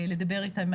לדבר איתם,